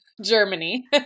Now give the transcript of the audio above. Germany